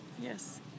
Yes